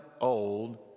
old